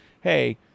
hey